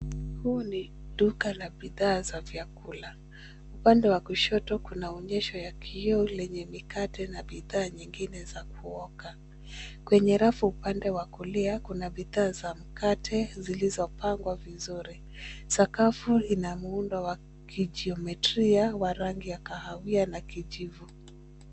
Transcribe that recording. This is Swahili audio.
Huu ni duka la bidhaa za vyakula. Upande wa kushoto kuna onyesho ya kioo lenye mikate na bidhaa nyingine za kuoka. Kwenye rafu upande wa kulia kuna bidhaa za mkate zilizopangwa vizuri. Sakafu ina muundo wa kijiometria wa rangi ya kahawia na kijivu.